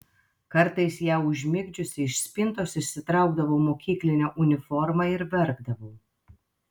kartais ją užmigdžiusi iš spintos išsitraukdavau mokyklinę uniformą ir verkdavau